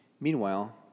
Meanwhile